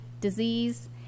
disease